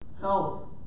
Health